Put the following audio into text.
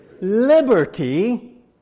liberty